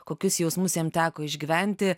kokius jausmus jam teko išgyventi